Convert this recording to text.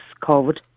COVID